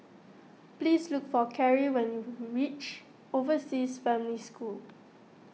please look for Carrie when you reach Overseas Family School